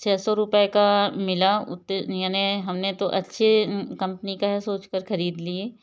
छ सौ रुपए का मिला यानी हमने तो अच्छे कंपनी का सोच कर खरीद लिए